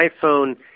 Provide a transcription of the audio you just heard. iPhone